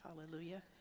hallelujah